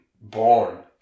born